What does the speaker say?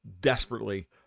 desperately